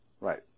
right